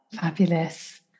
fabulous